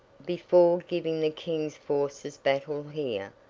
before giving the king's forces battle here,